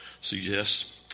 suggests